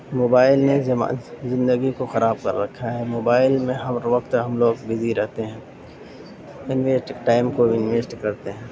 mobile نے زما زندگی کو خراب کر رکھا ہے موبائل میں ہر وقت ہم لوگ بزی رہتے ہیں ٹائم کو انویسٹ کرتے ہیں